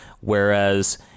whereas